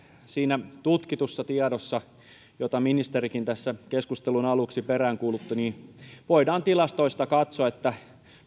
siinä tutkitussa tiedossa jota ministerikin tässä keskustelun aluksi peräänkuulutti niin voidaan tilastoista katsoa että